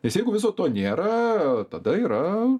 nes jeigu viso to nėra tada yra